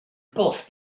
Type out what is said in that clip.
both